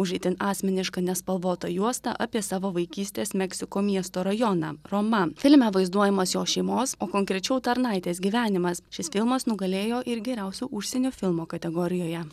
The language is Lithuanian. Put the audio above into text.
už itin asmenišką nespalvotą juostą apie savo vaikystės meksiko miesto rajoną roma filme vaizduojamas jo šeimos o konkrečiau tarnaitės gyvenimas šis filmas nugalėjo ir geriausio užsienio filmo kategorijoje